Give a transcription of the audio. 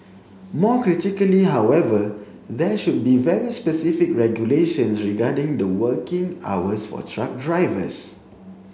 more critically however there should be very specific regulations regarding the working hours for truck drivers